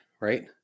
right